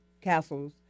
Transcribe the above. castles